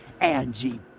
Angie